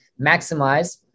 maximize